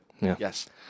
Yes